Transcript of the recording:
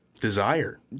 Desire